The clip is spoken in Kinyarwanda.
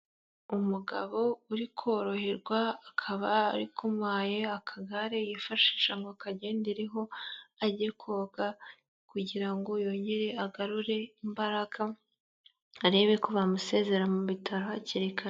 Umugabo uri koroherwa akaba ari kumaye akagare yifashisha ngo kagendereho ajye koga kugira ngo yongere agarure imbaraga, arebe ko bamusezera mu bitaro hakiri kare.